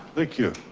thank you.